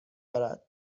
دارد